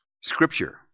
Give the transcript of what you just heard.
Scripture